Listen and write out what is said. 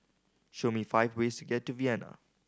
show me five ways get to Vienna